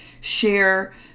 share